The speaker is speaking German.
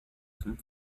zum